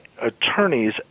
attorneys